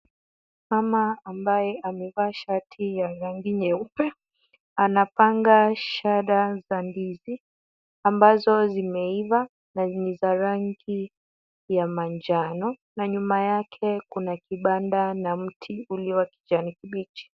Mama ambaye amevaa shati ya rangi nyeupe, anapanga shada za ndizi, ambazo zimeiva na ni za rangi ya majano na nyuma yake, kuna kibanda na mti ulio wa kijani kibichi.